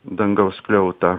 dangaus skliautą